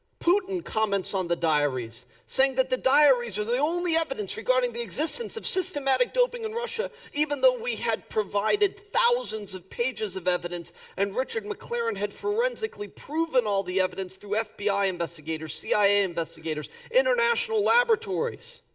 putin comments on the diaries. saying that the diaries were the only evidence regarding the existence of systematic doping in russia even though we had provided thousands of pages of evidence and richard mclaren had forensically proven all the evidence through ah fbi investigators, cia investigators, international laboratories.